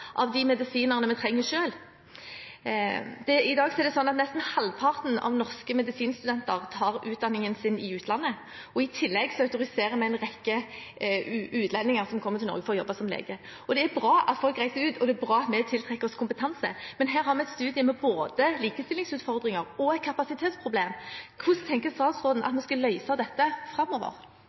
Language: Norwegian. av de medisinerne vi trenger selv. I dag er det sånn at nesten halvparten av norske medisinstudenter tar utdanningen sin i utlandet, og i tillegg autoriserer vi en rekke utlendinger som kommer til Norge for å jobbe som lege. Det er bra at folk reiser ut, og det er bra at vi tiltrekker oss kompetanse, men her har vi et studium med både likestillingsutfordringer og et kapasitetsproblem. Hvordan tenker statsråden at vi skal løse dette framover?